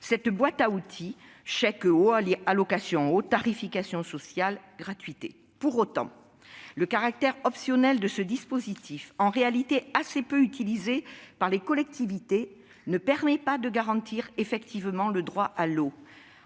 cette boîte à outils : chèque eau, allocation eau, tarification sociale et gratuité. Pour autant, le caractère optionnel de ce dispositif, en réalité assez peu utilisé par les collectivités, ne permet pas de garantir effectivement le droit à l'eau.